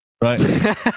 right